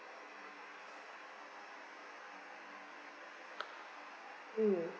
mm